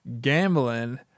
gambling